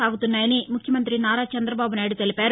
సాగుతున్నాయని ముఖ్యమంతి నారా చందబాబు నాయుడు తెలిపారు